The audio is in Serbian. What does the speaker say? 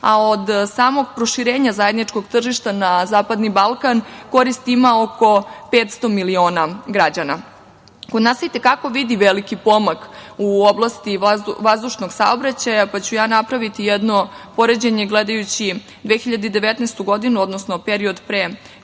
a od samog proširenja zajedničkog tržišta na zapadni Balkan korist ima oko 500 miliona građana. Kod nas i te kako se vidi veliki pomak u oblasti vazdušnog saobraćaja, pa ću napraviti jedno poređenje gledajući 2019. godinu, odnosno period pre korona